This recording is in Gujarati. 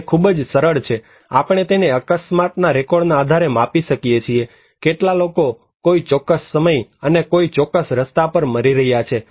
તે ખૂબ જ સરળ છે આપણે તેને અકસ્માતના રેકોર્ડ ના આધારે માપી શકીએ છીએ કેટલા લોકો કોઈ ચોક્કસ સમય અને કોઈ ચોક્કસ રસ્તા પર મરી રહ્યા છે